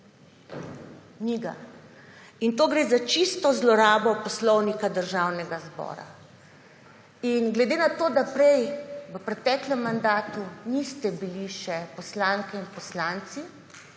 Ni ga. In to gre za čisto zlorabo Poslovnika Državnega zbora. Glede na to da v preteklem mandatu niste bili še poslanke in poslanci,